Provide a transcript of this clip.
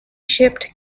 shipped